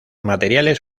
materiales